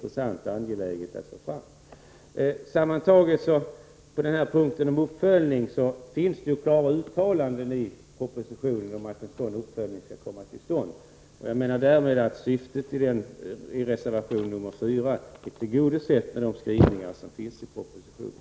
Sammantaget när det gäller uppföljningen finns det klart uttalat i proposi tionen att en uppföljning skall komma till stånd. Därmed är ändamålet i reservation 4 tillgodosett med den skrivning som finns i propositionen.